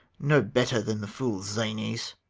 no better than the fools' zanies.